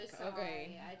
Okay